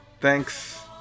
thanks